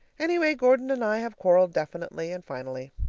anyway, gordon and i have quarreled definitely and finally.